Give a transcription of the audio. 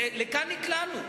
לכאן נקלענו.